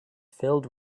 filled